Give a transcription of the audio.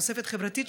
תוספת חברתית,